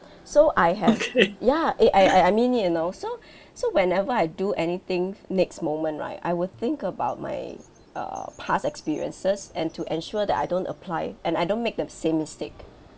so I have ya eh I I I mean it you know so so whenever I do anything next moment right I will think about my uh past experiences and to ensure that I don't apply and I don't make the same mistake